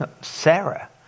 Sarah